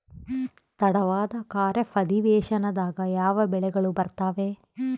ತಡವಾದ ಖಾರೇಫ್ ಅಧಿವೇಶನದಾಗ ಯಾವ ಬೆಳೆಗಳು ಬರ್ತಾವೆ?